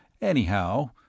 Anyhow